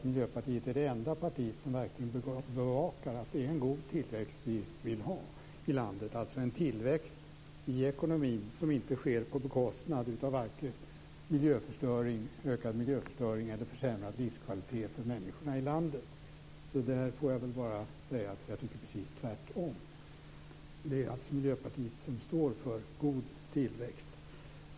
Miljöpartiet är väl det enda parti som verkligen bevakar att det är en god tillväxt vi vill ha i landet, dvs. en tillväxt i ekonomin som inte sker på bekostnad av vare sig miljö eller livskvalitet för människorna i landet. Jag får väl säga att jag tycker precis tvärtom. Det är alltså Miljöpartiet som står för god tillväxt.